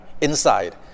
inside